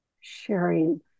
sharing